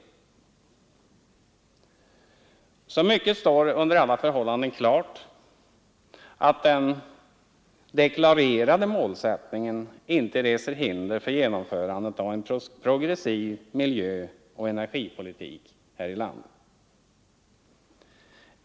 Så mycket står under alla förhållanden klart, att den deklarerade målsättningen inte reser hinder för genomförandet av en progressiv miljöoch energipolitik här i landet.